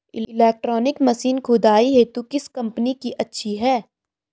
Electronic machine खुदाई हेतु किस कंपनी की अच्छी है?